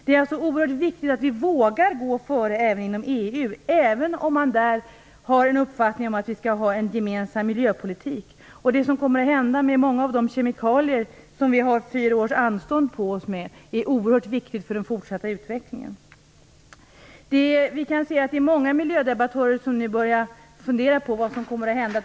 Det är alltså oerhört viktigt att vi vågar gå före också inom EU, även om man där har en uppfattning om att vi skall ha en gemensam miljöpolitik. Vad som kommer att hända med många av de kemikalier vi har fyra års anstånd med är oerhört viktigt för den fortsatta utvecklingen. Många miljödebattörer börjar nu fundera på vad som kommer att hända.